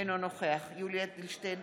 אינו נוכח יולי יואל אדלשטיין,